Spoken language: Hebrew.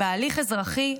בהליך אזרחי,